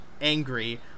angry